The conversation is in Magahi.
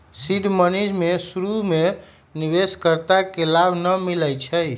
सीड मनी में शुरु में निवेश कर्ता के लाभ न मिलै छइ